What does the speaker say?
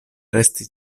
resti